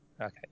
okay